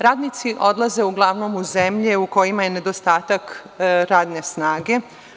Radnici odlaze uglavnomu zemlje u kojima je nedostatak radne snage.